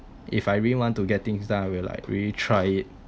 if I really want to get things done I will like really try it